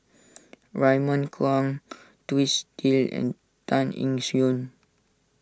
Raymond Kang Twisstii and Tan Eng